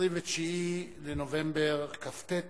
29 לנובמבר, כ"ט בנובמבר,